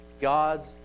God's